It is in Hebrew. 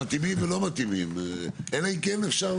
יכולה להשתמש בו לפחות פעם אחת בחמש שנים ולא איזה משהו שאפשר לשחק